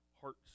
hearts